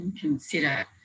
consider